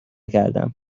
کردم